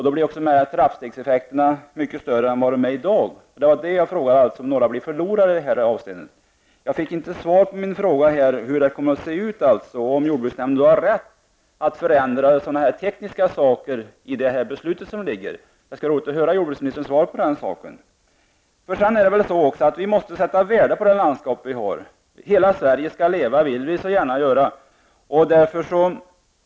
Då blir också trappstegseffekterna mycket större än de är i dag. Det var alltså av det skälet jag frågade om några blir förlorar i de här avseendena. Jag fick inte något svar på min fråga om hur det kommer att se ut och om jordbruksnämnden har rätt att förändra sådana tekniska saker i det beslut som är fattat. Det skulle vara roligt att höra jordbruksministerns svar på den frågan. Vidare måste vi väl sätta värde på det landskap vi har. Hela Sverige skall leva, heter det ju, och det vill vi så gärna höra.